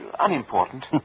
unimportant